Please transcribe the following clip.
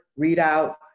readout